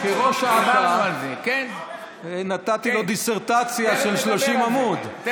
כראש אכ"א נתתי לו דיסרטציה של 30 עמוד מדוע צריך.